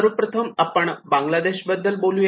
सर्वप्रथम आपण बांगलादेश बद्दल बोलूया